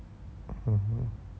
mm